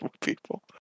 people